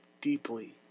deeply